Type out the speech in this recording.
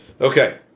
Okay